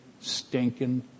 stinking